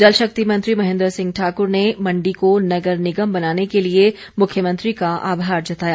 जल शक्ति मंत्री महेन्द्र सिंह ठाकुर ने मंडी को नगर निगम बनाने के लिए मुख्यमंत्री का आभार जताया